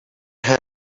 hand